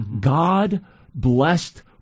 God-blessed